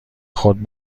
خود